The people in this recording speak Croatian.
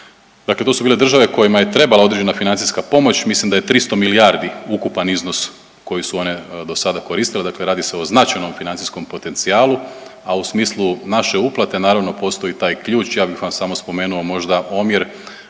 dakle to su bile države kojima je trebala određena financijska pomoć. Mislim da je 300 milijardi ukupan iznos koji su one dosada koristile. Dakle, radi se o značajnom financijskom potencijalu, a u smislu naše uprave naravno postoji taj ključ. Ja bih vam samo spomenuo možda omjer,